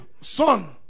Son